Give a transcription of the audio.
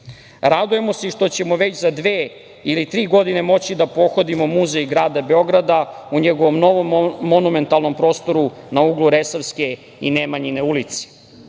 se što ćemo već za dve ili tri godine moći da pohodimo Muzej grada Beograda u njegovom novom monumentalnom prostoru na uglu Resavske i Nemanjine